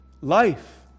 life